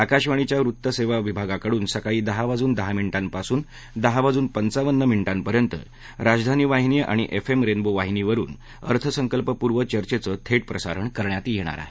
आकाशवाणीच्या वृत्त सेवा विभागाकडून सकाळी दहा वाजून दहा मिनिटांपासून दहा वाजून पंचावन्न मिनिटांपर्यंत राजधानी वाहिनी आणि एफएम रेनबो वाहिनीवरून अर्थसंकल्पपूर्व चर्चेचं थेट प्रसारण करण्यात येणार आहे